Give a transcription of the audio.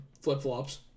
flip-flops